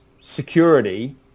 security